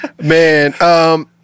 man